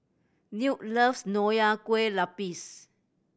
Newt loves Nonya Kueh Lapis